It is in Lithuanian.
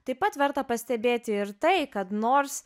taip pat verta pastebėti ir tai kad nors